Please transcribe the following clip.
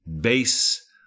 base